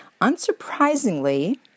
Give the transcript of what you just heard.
Unsurprisingly